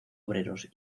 obreros